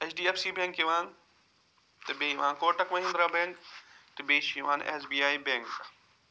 H D F C bank یِوان تہٕ بیٚیہِ یِوان کوٹٮ۪ک مہنٛدرا بینٛک تہٕ بیٚیہِ چھِ یِوان ایس بی آئی بینٛک